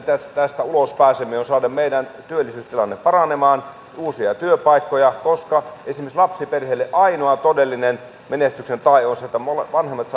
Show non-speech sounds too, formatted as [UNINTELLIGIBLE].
tästä ulos pääsemme on saada meidän työllisyystilanne paranemaan uusia työpaikkoja koska esimerkiksi lapsiperheille ainoa todellinen menestyksen tae on se että vanhemmat [UNINTELLIGIBLE]